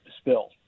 spill